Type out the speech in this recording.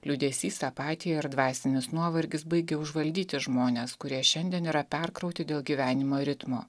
liūdesys apatija ir dvasinis nuovargis baigia užvaldyti žmones kurie šiandien yra perkrauti dėl gyvenimo ritmo